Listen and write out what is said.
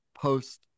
post